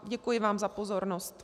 Děkuji vám za pozornost.